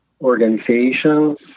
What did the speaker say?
organizations